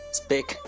speak